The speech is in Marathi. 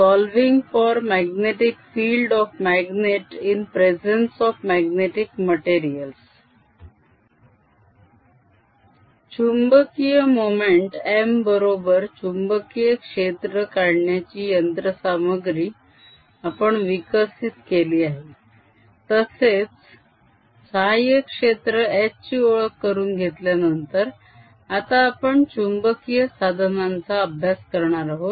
solving for magnetic field of magnet in presence of magnetic materials चुंबकीय मोमेंट m बरोबर चुंबकीय क्षेत्र काढण्याची यंत्र सामग्री आपण विकसित केली आहे तसेच सहायक क्षेत्र h ची ओळख करून घेतल्यानंतर आता आपण चुंबकीय साधनांचा अभ्यास करणार आहोत